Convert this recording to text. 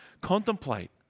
contemplate